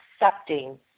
accepting